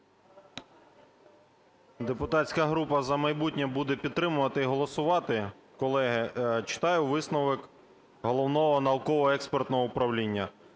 Депутатська група "За майбутнє" буде підтримувати і голосувати. Колеги, читаю висновок Головного науково-експертного управління: